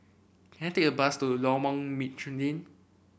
can I take a bus to Lorong